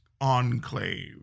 enclave